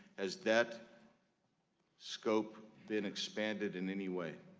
as that scope been expanded in any way?